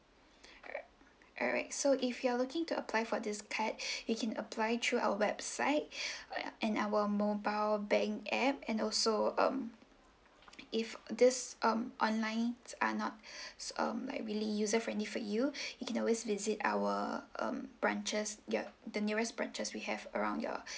alright alright so if you're looking to apply for this card you can apply through our website uh and our mobile bank app and also um if this um online are not um like really user friendly for you you can always visit our um branches you're the nearest branches we have around your